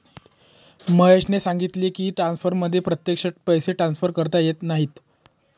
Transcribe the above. महेशने सांगितले की, ट्रान्सफरमध्ये प्रत्यक्ष पैसे ट्रान्सफर करता येत नाहीत